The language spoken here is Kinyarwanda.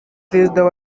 président